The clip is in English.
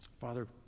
Father